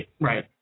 Right